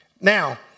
Now